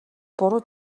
буруу